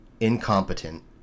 incompetent